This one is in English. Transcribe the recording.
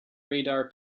radar